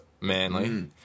Manly